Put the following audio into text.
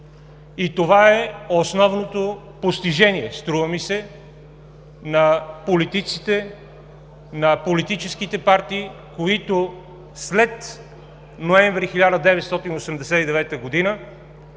Това е основното постижение, струва ми се, на политиците, на политическите партии, които след месец ноември 1989 г.